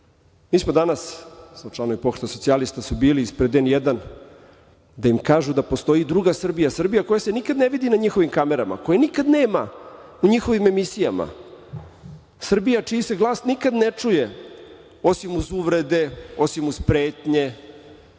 smo danas, odnosno članovi Pokreta socijalista su bili ispred N1 da im kažu da postoji i druga Srbija, Srbija koja se nikada ne vidi na njihovim kamerama, koje nikada nema u njihovim emisijama, Srbija čiji se glas nikada ne čuje, osim uz uvrede, osim uz pretnje,